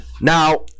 Now